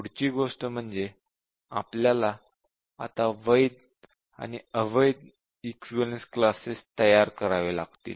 पुढची गोष्ट म्हणजे आपल्याला आता वैध आणि अवैध इक्विवलेन्स क्लासेस तयार करावे लागतील